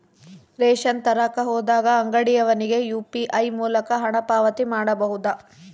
Ration ತರಕ ಹೋದಾಗ ಅಂಗಡಿಯವನಿಗೆ ಯು.ಪಿ.ಐ ಮೂಲಕ ಹಣ ಪಾವತಿ ಮಾಡಬಹುದಾ?